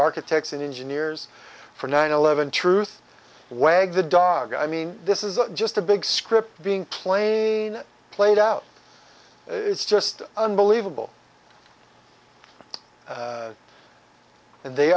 architects and engineers for nine eleven truth wegner the dog i mean this is just a big script being plain played out it's just unbelievable and they